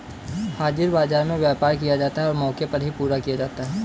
हाजिर बाजार में व्यापार किया जाता है और मौके पर ही पूरा किया जाता है